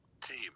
team